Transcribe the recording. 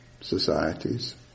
societies